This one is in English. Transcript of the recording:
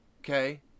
okay